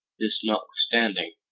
this notwithstanding,